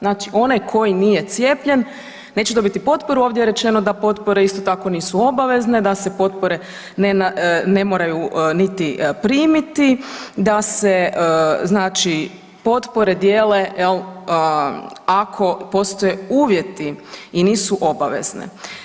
Znači onaj koji nije cijepljen, neće dobiti potporu, ovdje je rečeno da potpore isto tako nisu obavezne, da se potpore ne moraju niti primiti, da se znači potpore dijele jel ako postoje uvjeti i nisu obavezni.